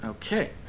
Okay